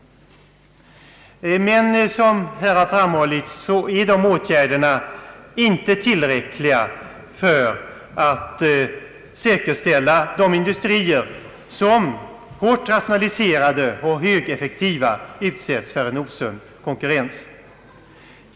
Men som här har framhållits är de åtgärderna inte tillräckliga för att säkerställa dessa industrier som — hårt rationaliserade och högeffektiva — utsätts för en osund konkurrens.